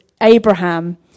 Abraham